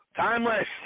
Timeless